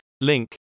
link